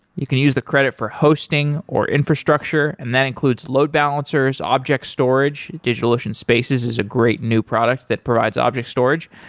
you can use the credit for hosting, or infrastructure and that includes load balancers, object storage, digitalocean spaces is a great new product that provides object storage,